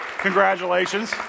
Congratulations